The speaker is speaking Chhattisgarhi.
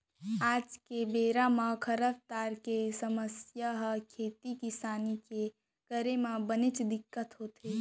आज के बेरा म तो खरपतवार के समस्या ह खेती किसानी के करे म बनेच दिक्कत होथे